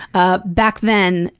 ah back then,